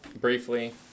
briefly